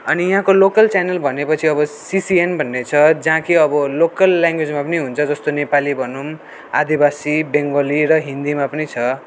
अनि यहाँको local channel भनेको चाहिँ अब सिसिएन भन्ने छ जहाँ कि अब लोकल लेङ्गुवेजमा पनि हुन्छ जस्तो नेपाली भनौँ आदिवासी बेङ्गली र हिन्दीमा पनि छ